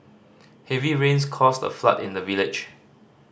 heavy rains caused a flood in the village